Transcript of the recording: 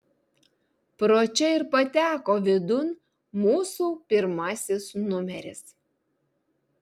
pro čia ir pateko vidun mūsų pirmasis numeris